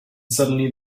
suddenly